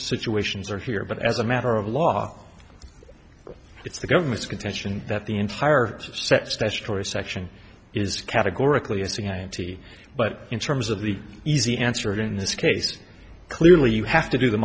situations are here but as a matter of law it's the government's contention that the entire set statutory section is categorically acing eighty but in terms of the easy answer in this case clearly you have to do the